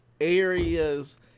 areas